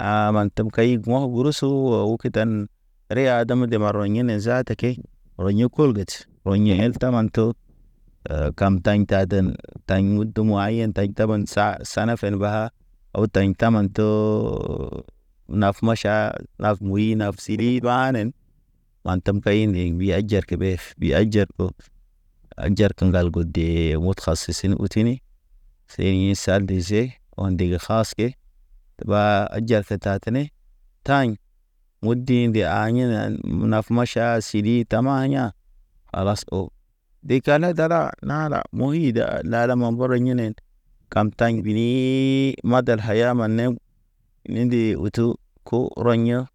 A mantəm kay guwa̰ gursu tu wu wokitan, riyadem de mara yene zaata ke rɔye rɔye el tama to. Eh kam taɲ taden taɲ udu mwa yen taɲ taben sa sanafen baha. Utaɲ taman too naf maʃa, nak wuy naf siri ɓa nen, mantem kaɲin yḛg bi hajar kebef. Ɓi hajar ko, hajar ke ŋgal go dee ta sesen utini, se ḭ sal de je. O̰ ndigi khas ke, ɓa hajar ke ta tene taɲ mudi nde ayenen naf maʃa sidi tama ya̰, khalas o, bi kane dada. Na ra, muyid, nala ma mbɔrɔ jinen. Kam taɲ binii, madal kaya ma nem nindi utu ko rɔya̰.